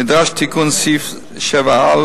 נדרש תיקון סעיף 7א,